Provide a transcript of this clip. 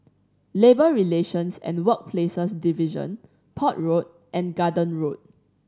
Labour Relations and Workplaces Division Port Road and Garden Road